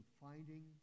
finding